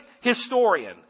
historian